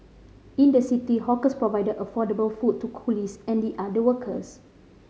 in the city hawkers provided affordable food to coolies and the other workers